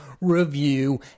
review